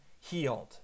healed